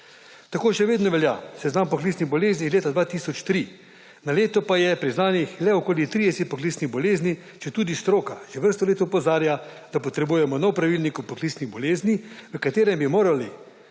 Tako še vedno velja seznam poklicnih bolezni iz leta 2003, na leto pa je priznanih le okoli 30 poklicnih bolezni, četudi stroka že vrsto let opozarja, da potrebujemo nov pravilnik o poklicnih boleznih, v katerem bi moral